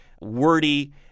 wordy